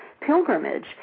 pilgrimage